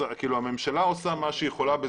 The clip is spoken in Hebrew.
הממשלה עושה מה שהיא יכולה,